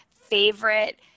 favorite